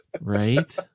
Right